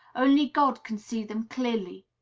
only god can see them clearly.